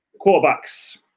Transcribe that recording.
quarterbacks